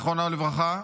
זיכרונו לברכה,